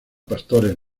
pastores